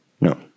No